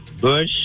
Bush